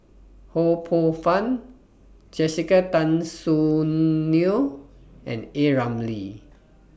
Ho Poh Fun Jessica Tan Soon Neo and A Ramli